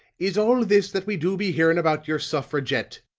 is all this that we do be hearing about your suffragette?